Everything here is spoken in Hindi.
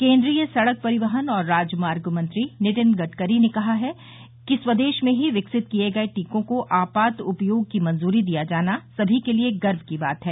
केन्द्रीय सड़क परिवहन और राजमार्ग मंत्री नितिन गड़करी ने कहा कि स्वदेश में ही विकसित किए गए टीकों को आपात उपयोग की मंजूरी दिया जाना सभी के लिए गर्व की बात है